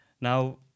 Now